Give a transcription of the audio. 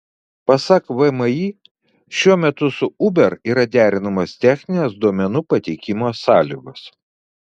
pasak vmi šiuo metu su uber yra derinamos techninės duomenų pateikimo sąlygos